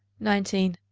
nineteen